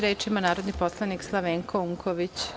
Reč ima narodni poslanik Slavenko Unković.